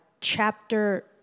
chapter